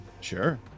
Sure